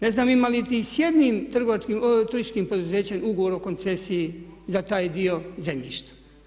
Ne znam ima li i sa jednim turističkim poduzećem ugovor o koncesiji za taj dio zemljišta.